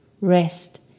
rest